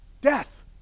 Death